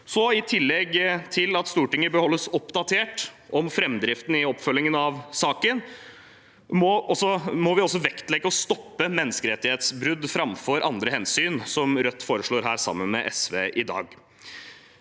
I tillegg til at Stortinget bør holdes oppdatert om framdriften i oppfølgingen av saken, må vi også vektlegge å stoppe menneskerettighetsbrudd framfor andre hensyn, som Rødt sammen med SV